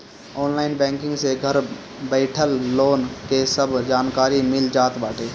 online banking से घर बइठल लोन के सब जानकारी मिल जात बाटे